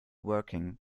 working